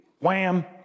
Wham